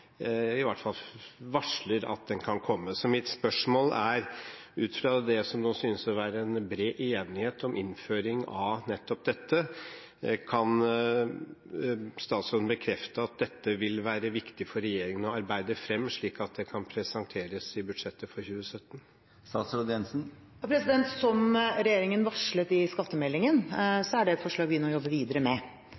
i hvert fall varsler at den kan komme. Så mitt spørsmål er: Ut fra at det nå synes å være en bred enighet om innføring av nettopp dette, kan statsråden bekrefte at dette vil være viktig for regjeringen å arbeide fram, slik at det kan presenteres i budsjettet for 2017? Som regjeringen varslet i skattemeldingen, er det et forslag vi nå jobber videre med.